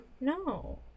No